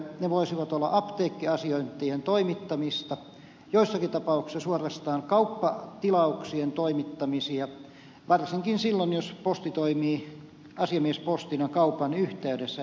ne voisivat olla apteekkiasiointien toimittamista joissakin tapauksissa suorastaan kauppatilauksien toimittamisia varsinkin silloin jos posti toimii asiamiespostina kaupan yhteydessä